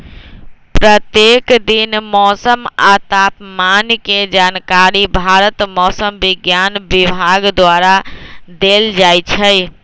प्रत्येक दिन मौसम आ तापमान के जानकारी भारत मौसम विज्ञान विभाग द्वारा देल जाइ छइ